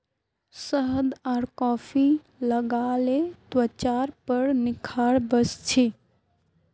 शहद आर कॉफी लगाले त्वचार पर निखार वस छे